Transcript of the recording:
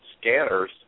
scanners